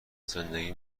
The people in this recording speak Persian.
زندگی